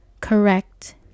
correct